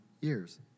years